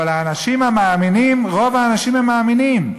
אבל רוב האנשים הם מאמינים.